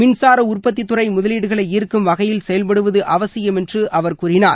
மின்சார உற்பத்தித் துறை முதலீடுகளை ஈரக்கும் வகையில் செயல்படுவது அவசியம் என்று அவர் கூறினார்